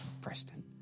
Preston